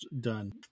done